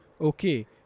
Okay